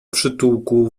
przytułku